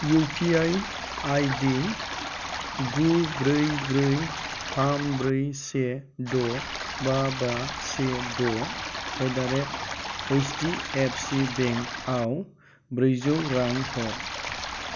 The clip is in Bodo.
इउ पि आइ आइ दि गु ब्रै ब्रै थाम ब्रै से द' बा बा से द' एदारेट ओइत्स डि एफ सि बेंकआव ब्रैजौ रां हर